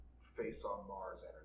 face-on-Mars